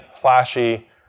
flashy